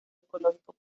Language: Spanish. ecológico